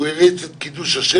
הוא העריץ את קידוש השם,